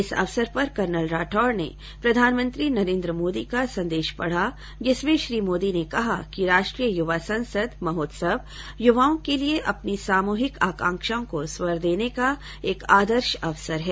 इस अवसर पर कर्नल राठौड़ ने प्रधानमंत्री नरेन्द्र मोदी का संदेश पढ़ा जिसमें श्री मोदी ने कहा कि राष्ट्रीय युवा संसद महोत्सव युवाओं के लिए अपनी सामूहिक आकांक्षाओं को स्वर देने का एक आदर्श अवसर है